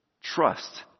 trust